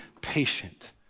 patient